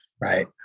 right